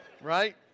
right